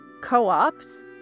co-ops